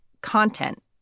content